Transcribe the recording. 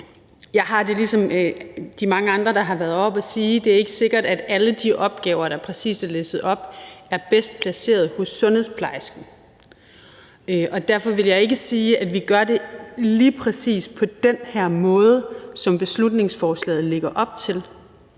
Jeg har det ligesom de mange andre, der har været heroppe at sige det, nemlig at det ikke er sikkert, at alle de opgaver, der præcis er listet op, er bedst placeret hos sundhedsplejersken, og derfor vil jeg ikke sige, at vi gør det lige præcis på den her måde, som beslutningsforslaget lægger op til,